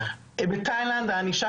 בתאילנד הענישה,